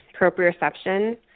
proprioception